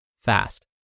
fast